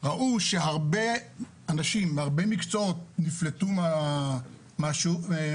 ראו שהרבה אנשים בהרבה מקצועות נפלטו מהעבודה,